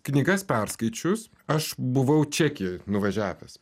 knygas perskaičius aš buvau čekijoj nuvažiavęs